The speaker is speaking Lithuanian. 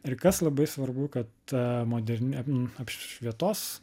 ir kas labai svarbu kad modernia m apšvietos